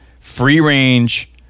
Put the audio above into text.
free-range